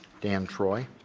dan troy.